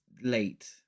late